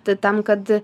tai tam kad